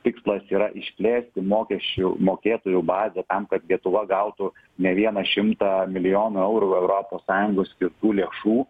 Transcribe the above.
tikslas yra išplėsti mokesčių mokėtojų bazę tam kad lietuva gautų ne vieną šimtą milijonų eurų europos sąjungos skirtų lėšų